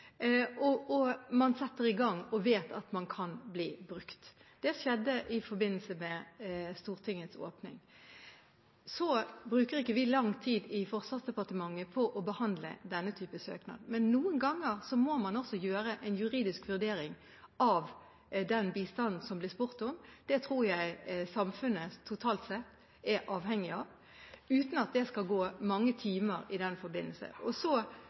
bli brukt. Det skjedde i forbindelse med Stortingets åpning. I Forsvarsdepartementet bruker vi ikke lang tid på å behandle denne type søknad, men noen ganger må man også gjøre en juridisk vurdering av den bistanden det blir spurt om. Det tror jeg samfunnet totalt sett er avhengig av, uten at det skal gå mange timer i den forbindelse. Så blir det klarert politisk, og